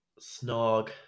snog